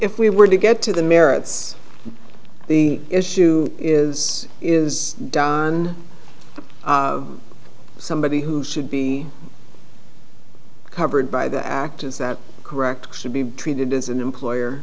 if we were to get to the merits the issue is is don somebody who should be covered by the act is that correct should be treated as an employer